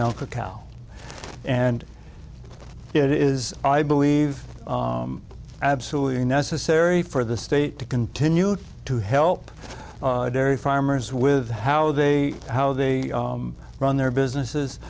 milk a cow and it is i believe absolutely necessary for the state to continue to help dairy farmers with how they how they run their businesses